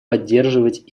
поддерживать